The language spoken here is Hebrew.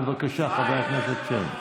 בבקשה, חבר הכנסת שיין.